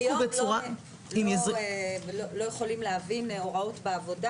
שאנשים קשי יום לא יכולים להבין הוראות בעבודה,